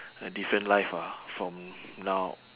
a different life ah from now